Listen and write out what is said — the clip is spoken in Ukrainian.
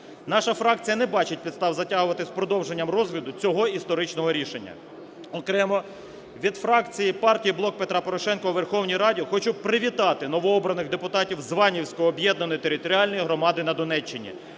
наша фракція не бачить підстав затягувати з продовженням розгляду цього історичного рішення. Окремо від фракції партії "Блок Петра Порошенка" у Верховній Раді хочу привітати новообраних депутатів Званівської об'єднаної територіальної громади на Донеччині.